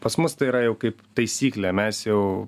pas mus tai yra jau kaip taisyklė mes jau